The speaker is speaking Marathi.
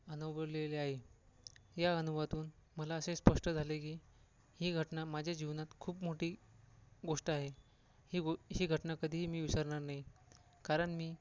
अनुभवलेली आहे ह्या अनुभवातून मला असे स्पष्ट झाले की ही घटना माझ्या जीवनात खूप मोठी गोष्ट आहे ही गो ही घटना कधीही मी विसरणार नाही कारण मी